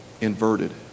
inverted